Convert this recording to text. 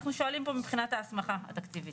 אנחנו שואלים פה מבחינת ההסמכה החוקית.